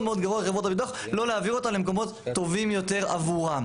לחברות הביטוח לא להעביר אותם למקומות טובים יותר עבורם.